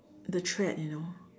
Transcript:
the thread you know